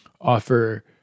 offer